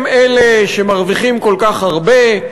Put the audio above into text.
הם אלה שמרוויחים כל כך הרבה,